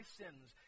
sins